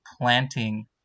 planting